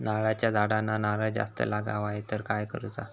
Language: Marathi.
नारळाच्या झाडांना नारळ जास्त लागा व्हाये तर काय करूचा?